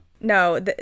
No